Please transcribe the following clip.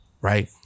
right